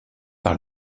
par